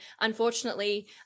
unfortunately